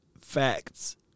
facts